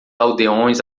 aldeões